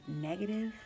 negative